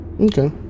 Okay